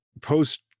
post